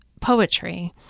poetry